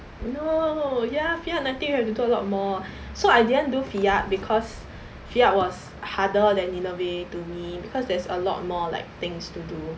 no ya fiat ninety you have to do a lot more so I didn't do fiat because fiat was harder than nineveh to me because there's a lot more like things to do